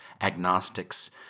agnostics